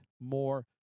more